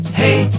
hey